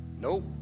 Nope